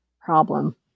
problem